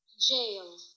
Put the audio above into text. Jail